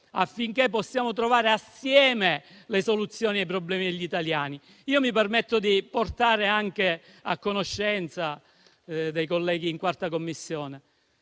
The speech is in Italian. affinché possiamo trovare assieme le soluzioni ai problemi degli italiani. Mi permetto di portare a conoscenza dei colleghi della 4a Commissione,